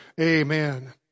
Amen